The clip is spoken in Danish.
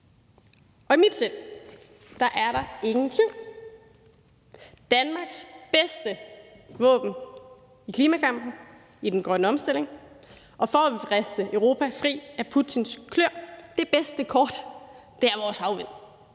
Og i mit sind er der ingen tvivl. Danmarks bedste våben i klimakampen i den grønne omstilling og til at vriste Europa fri af Putins kløer er vores havvind.